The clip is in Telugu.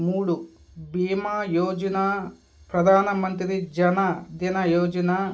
మూడు బీమా యోజన ప్రధానమంత్రి జన ధన యోజన